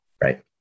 right